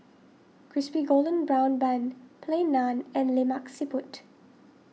Crispy Golden Brown Bun Plain Naan and Lemak Siput